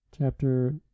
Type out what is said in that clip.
chapter